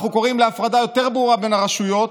אנחנו קוראים להפרדה יותר ברורה בין הרשויות.